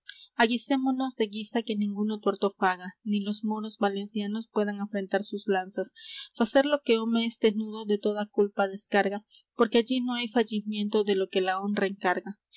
aguisémonos de guisa que ninguno tuerto faga ni los moros valencianos puedan afrentar sus lanzas facer lo que home es tenudo de toda culpa descarga porque allí no hay fallimiento de lo que la honra encarga